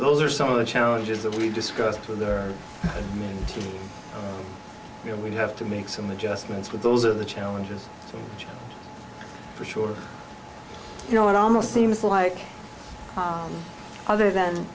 those are some of the challenges that we've discussed with the team you know we have to make some adjustments but those are the challenges for sure you know it almost seems like other than